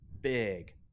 big